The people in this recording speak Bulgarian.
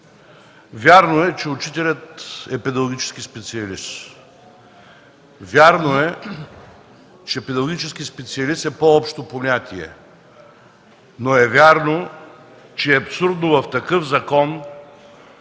Вярно е, че учителят е педагогически специалист. Вярно е, че педагогическият специалист е по-общо понятие, но е вярно, че е абсурдно в такъв закон